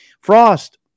Frost